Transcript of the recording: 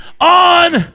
on